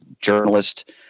journalist